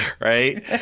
right